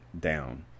down